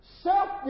Self